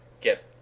get